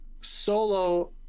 solo